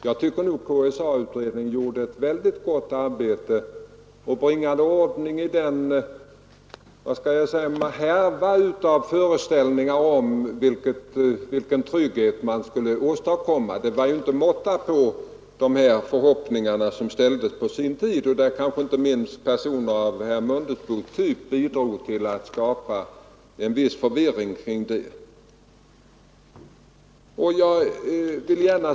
Jag tycker KSA-utredningen gjorde ett mycket gott arbete och bringade ordning i härvan av föreställningar om vilken trygghet man kunde åstadkomma. Det var inte måtta på de förhoppningar som på sin tid ställdes i det avseendet, och inte minst personer som herr Mundebo bidrog till att skapa en viss förvirring i saken.